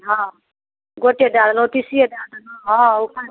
हँ गोटे डाललहुॅं तीसिए दऽ देलहुॅं हँ